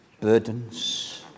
burdens